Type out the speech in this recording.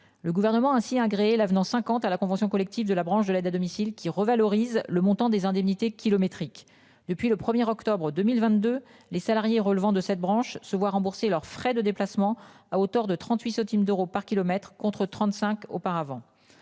Le gouvernement ainsi agréer l'avenant 50 à la convention collective de la branche de l'aide à domicile qui revalorise le montant des indemnités kilométriques depuis le premier octobre 2022 les salariés relevant de cette branche se voir rembourser leurs frais de déplacement à hauteur de 38 centimes d'euros par kilomètre, contre 35 auparavant.